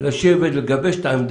אתה מבין את התחושה?